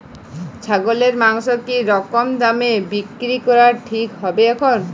ছাগলের মাংস কী রকম দামে বিক্রি করা ঠিক হবে এখন?